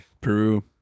Peru